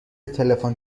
تلفن